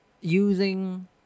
using